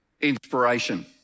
inspiration